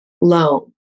loan